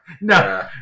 No